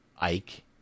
Ike